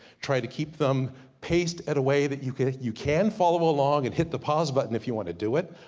try to keep them paced at a way that you can you can follow along, and hit the pause button if you want to do it.